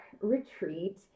retreat